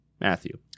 Matthew